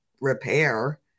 repair